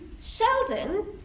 Sheldon